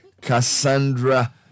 Cassandra